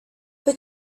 but